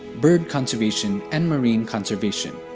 bird conservation, and marine conservation.